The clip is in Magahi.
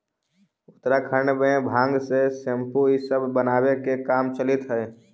उत्तराखण्ड में भाँग से सेम्पू इ सब बनावे के काम चलित हई